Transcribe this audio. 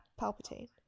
Palpatine